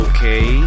Okay